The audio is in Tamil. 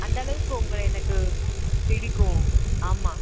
அந்தளவுக்கு உங்கள எனக்கு பிடிக்கும் ஆமாம்